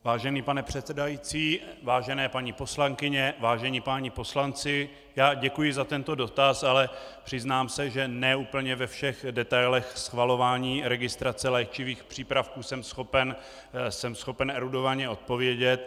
Vážený pane předsedající, vážené paní poslankyně, vážení páni poslanci, děkuji za tento dotaz, ale přiznám se, že ne úplně ve všech detailech schvalování registrace léčivých přípravků jsem schopen erudovaně odpovědět.